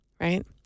right